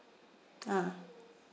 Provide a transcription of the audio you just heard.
ah